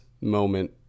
moment